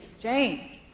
Jane